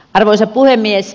arvoisa puhemies